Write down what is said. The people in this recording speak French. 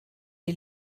est